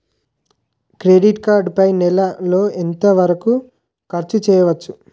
Credit card పై నెల లో ఎంత వరకూ ఖర్చు చేయవచ్చు?